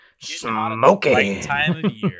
Smoking